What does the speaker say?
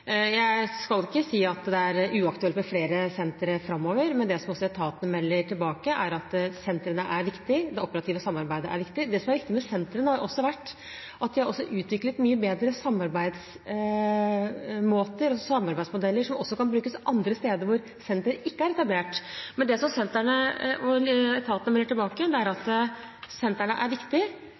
Jeg skal ikke si at det er uaktuelt med flere sentre framover, men det som etatene melder tilbake, er at sentrene er viktige, og at det operative samarbeidet er viktig. Det som også er viktig med sentrene, er at de har utviklet mye bedre samarbeidsmåter og samarbeidsmodeller, som også kan brukes andre steder, hvor sentre ikke er etablert. Det som etatene melder tilbake, er at sentrene er viktige, at samarbeid er viktig,